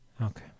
Okay